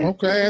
Okay